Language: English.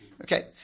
Okay